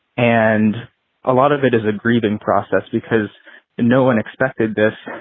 and a lot of it is a grieving process because no one expected this.